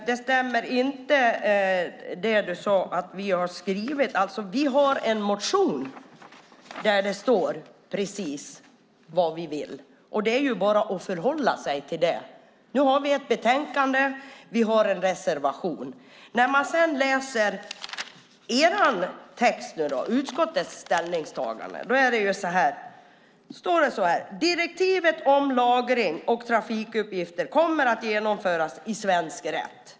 Herr talman! Det Inger Davidson sade att vi har skrivit stämmer inte. Vi har en motion där det står precis vad vi vill. Det är bara att förhålla sig till det. Nu har vi ett betänkande och en reservation. När man läser er text, utskottets ställningstagande, står det: Direktivet om lagring och trafikuppgifter kommer att genomföras i svensk rätt.